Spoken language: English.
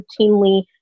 routinely